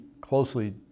closely